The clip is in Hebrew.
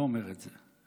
ואני לא אומר את זה,